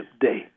Day